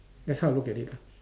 that's how I look at it ah